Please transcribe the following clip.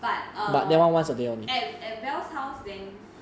but err at at dell house when